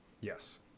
Yes